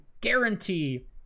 guarantee